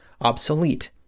obsolete